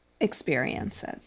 experiences